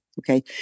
Okay